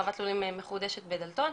חוות לולים מחודשת בדלתון.